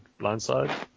blindside